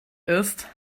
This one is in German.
ist